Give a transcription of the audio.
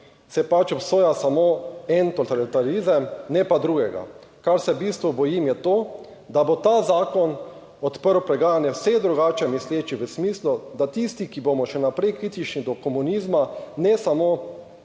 se pač obsoja samo en totalitarizem, ne pa drugega. Kar se v bistvu bojim je to, da bo ta zakon odprl preganjanje vseh drugače mislečih v smislu, da tisti, ki bomo še naprej kritični do komunizma, ne samo